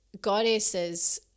goddesses